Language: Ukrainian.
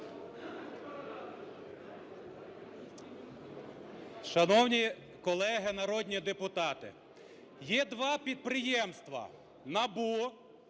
Шановні колеги народні депутати! Є два підприємства: НАБУ